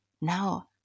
now